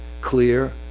clear